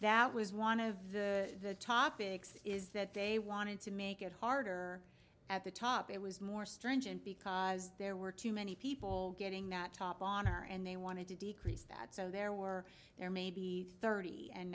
that was one of the topics is that they wanted to make it harder at the top it was more stringent because there were too many people getting that top honor and they wanted to decrease that so there were there may be thirty and